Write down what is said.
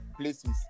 places